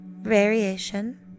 variation